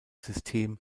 system